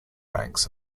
banks